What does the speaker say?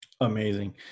Amazing